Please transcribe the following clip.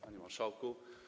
Panie Marszałku!